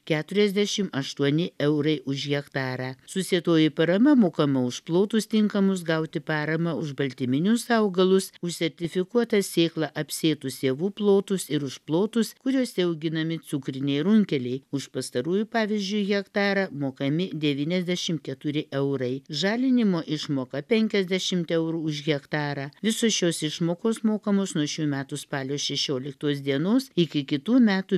keturiasdešimt aštuoni eurai už hektarą susietoji parama mokama už plotus tinkamus gauti paramą už baltyminius augalus už sertifikuota sėkla apsėtus javų plotus ir už plotus kuriuose auginami cukriniai runkeliai už pastarųjų pavyzdžiui hektarą mokami devyniasdešimt keturi eurai žalinimo išmoka penkiasdešimt eurų už hektarą visos šios išmokos mokamos nuo šių metų spalio šešioliktos dienos iki kitų metų